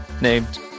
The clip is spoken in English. named